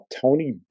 Tony